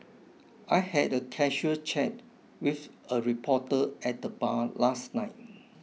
I had a casual chat with a reporter at the bar last night